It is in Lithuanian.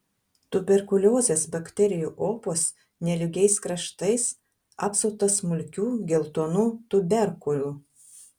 tuberkuliozės bakterijų opos nelygiais kraštais apsuptos smulkių geltonų tuberkulų